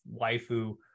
waifu